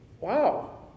Wow